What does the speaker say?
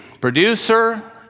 producer